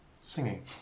Singing